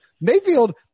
Mayfield